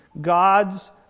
God's